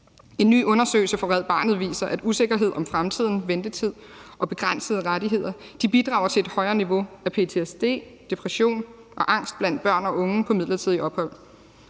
En ny undersøgelse fra Red Barnet viser, at usikkerhed om fremtiden, ventetid og begrænsede rettigheder bidrager til et højere niveau af ptsd, depression og angst blandt børn og unge på midlertidigt ophold,